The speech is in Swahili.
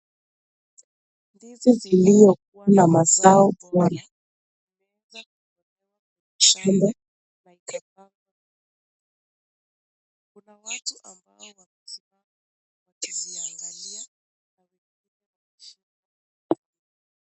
Ndizi zilizo kuwa na mazao bora. Huweza kutolewa kwa shamba na ikapangwa. Kuna watu ambao wamesimama wakiziangalia na wengine wamezishika.